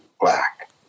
black